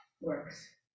works